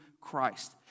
Christ